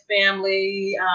family